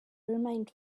remained